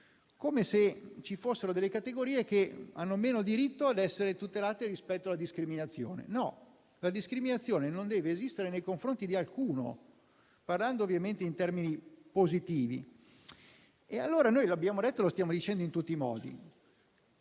che ci siano categorie che hanno meno diritto a essere tutelate rispetto alla discriminazione. No, la discriminazione non deve esistere nei confronti di alcuno, parlando ovviamente in termini positivi. L'abbiamo detto e lo stiamo dicendo in tutti i modi: